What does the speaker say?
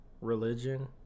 religion